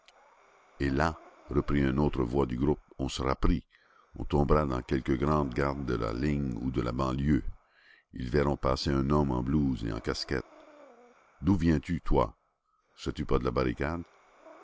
et là reprit une autre voix du groupe on sera pris on tombera dans quelque grand'garde de la ligne ou de la banlieue ils verront passer un homme en blouse et en casquette d'où viens-tu toi serais-tu pas de la barricade